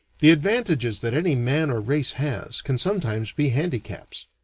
the advantages that any man or race has, can sometimes be handicaps.